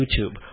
YouTube